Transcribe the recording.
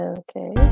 okay